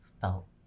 felt